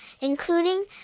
including